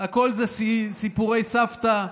הכול זה סיפורי סבתא,